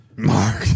Mark